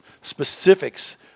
specifics